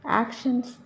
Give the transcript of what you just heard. actions